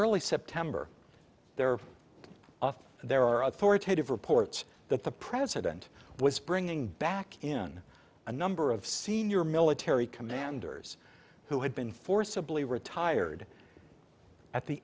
early september there off there are authoritative reports that the president was bringing back in a number of senior military commanders who had been forcibly retired at the